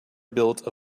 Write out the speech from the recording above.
built